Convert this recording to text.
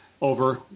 over